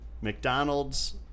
McDonald's